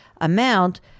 amount